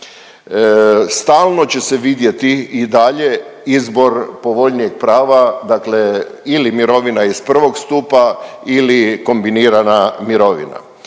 Stalno će se vidjeti i dalje izbor povoljnijeg prava, dakle ili mirovina iz prvog stupa ili kombinirana mirovina